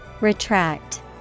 Retract